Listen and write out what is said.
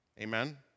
Amen